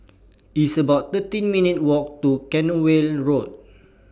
It's about thirteen minutes' Walk to Cranwell Road